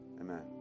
amen